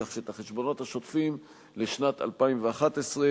כך שאת החשבונות השוטפים לשנת 2011 שהמפלגות